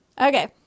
Okay